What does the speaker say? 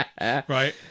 Right